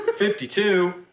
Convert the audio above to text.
52